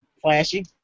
Flashy